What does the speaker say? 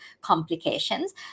complications